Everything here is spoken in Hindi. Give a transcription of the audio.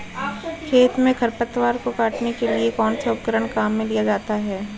खेत में खरपतवार को काटने के लिए कौनसा उपकरण काम में लिया जाता है?